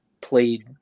played